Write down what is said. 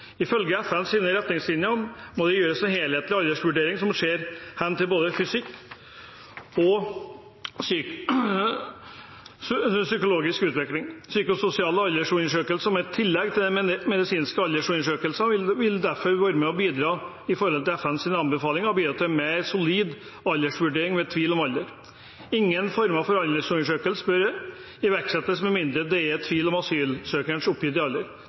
Ifølge FNs retningslinjer må det gjøres helthetlige aldersvurderinger som ser hen til både fysisk og psykologisk utvikling. Psykososiale aldersundersøkelser som et tillegg til medisinske aldersundersøkelser vil derfor være i tråd med FNs anbefalinger og bidra til mer solide aldersvurderinger ved tvil om alder. Ingen former for aldersundersøkelse bør iverksettes med mindre det er tvil om asylsøkerens